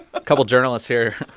a couple journalists here.